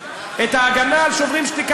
הכנסת אקוניס, אל תטיף לנו.